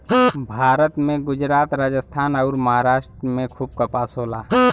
भारत में गुजरात, राजस्थान अउर, महाराष्ट्र में खूब कपास होला